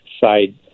side